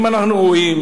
אם אנחנו רואים